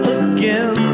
again